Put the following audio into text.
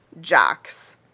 jocks